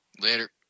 Later